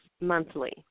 monthly